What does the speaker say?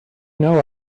know